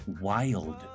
wild